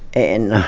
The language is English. and